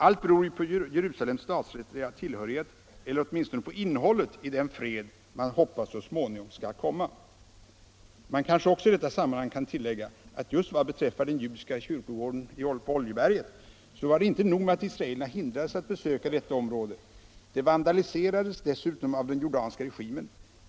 Allt beror ju på Jerusalems statsrättsliga tillhörighet eller åtminstone på innehållet i den fred som man hoppas så småningom skall komma. Man kanske också i detta sammanhang kan tillägga att just vad beträffar den judiska kyrkogården på Oljeberget var det inte nog med att israelerna hindrades att besöka detta område, det vandaliserades dessutom av den jordanska regimen.